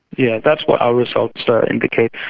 yeah that's what our results indicate.